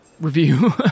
review